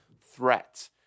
threat